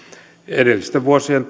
edellisten vuosien